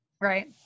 Right